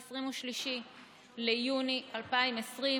23 ביוני 2020,